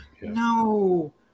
No